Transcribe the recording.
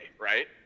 right